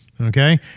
okay